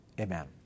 Amen